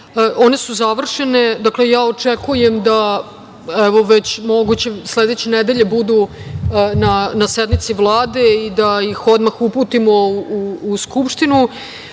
one su završene. Dakle, ja očekujem da, evo, već moguće sledeće nedelje budu na sednici Vlade i da ih odmah uputimo u Skupštinu. Ja